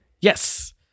yes